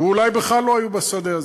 ואולי בכלל לא היו בשדה הזה,